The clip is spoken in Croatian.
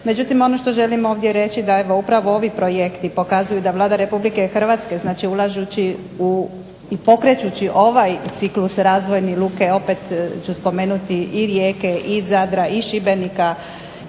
Međutim, ono što želim ovdje reći da evo upravo ovi projekti pokazuju da Vlada Republike Hrvatske znači ulažući u i pokrećući ovaj ciklus razvojni luke opet ću spomenuti i Rijeke i Zadra i Šibenika